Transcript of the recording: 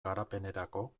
garapenerako